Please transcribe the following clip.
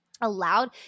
allowed